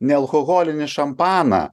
nealkoholinį šampaną